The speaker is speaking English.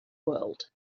world